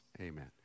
amen